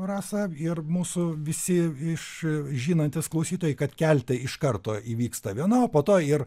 rasa ir mūsų visi iš žinantys klausytojai kad kelte iš karto įvyksta viena o po to ir